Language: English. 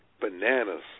bananas